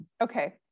Okay